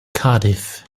cardiff